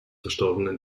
verstorbenen